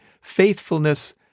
faithfulness